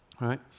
right